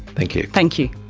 thank you. thank you.